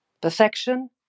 Perfection